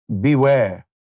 beware